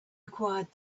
required